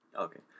Okay